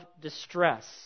distress